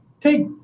take